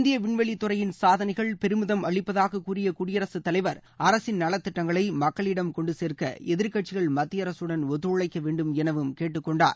இந்திய விண்வெளித் துறையின் சாதனைகள் பெருமிதம் அளிப்பதாகக் கூறிய குடியரசுத் தலைவர் அரசின் நலத்திட்டங்களை மக்களிடம் கொண்டு சேர்க்க எதிர்க்கட்சிகள் மத்திய அரசுடன் ஒத்துழைக்க வேண்மெனவும் கேட்டுக் கொண்டார்